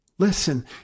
Listen